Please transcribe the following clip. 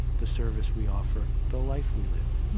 the service we offer, the life we live.